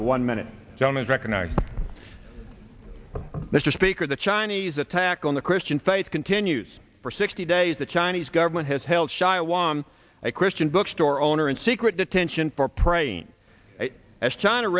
house one minute john and recognize mr speaker the chinese attack on the christian faith continues for sixty days the chinese government has held shi'a won a christian bookstore owner in secret detention for praying as china